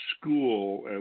school